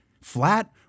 flat